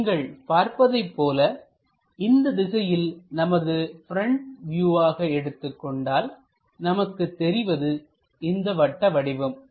நீங்கள் பார்ப்பதைப் போல இந்த திசையில் நமது ப்ரெண்ட் வியூவாக எடுத்துக்கொண்டால் நமக்கு தெரிவது இந்த வட்ட வடிவம்